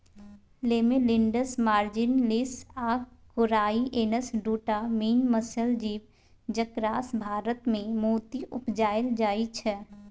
Lamellidens marginalis आ corrianus दु टा मेन मसल जीब जकरासँ भारतमे मोती उपजाएल जाइ छै